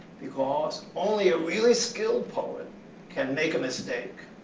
because only a really skilled poet can make a mistake.